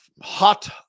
hot